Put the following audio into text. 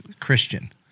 Christian